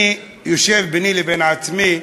אני יושב ביני לבין עצמי,